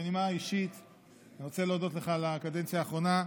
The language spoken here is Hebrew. בנימה אישית אני רוצה להודות לך על הקדנציה האחרונה.